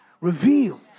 Revealed